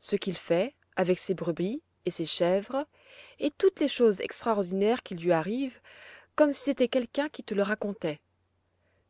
ce qu'il fait avec ses brebis et ses chèvres et toutes les choses extraordinaires qui lui arrivent comme si c'était quelqu'un qui te le racontait